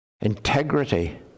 integrity